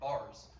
bars